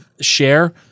share